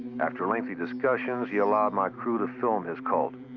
after lengthy discussions, he allowed my crew to film his cult.